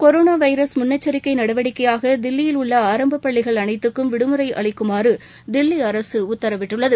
corona virus முன்னெச்சிக்கை நடவடிக்கையாக தில்லியில் ஆரம்ப பள்ளிகள் அனைத்தைக்கும் விடுமுறை அளிக்குமாறு தில்லி அரசு உத்தரவிட்டுள்ளது